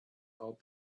out